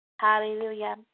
Hallelujah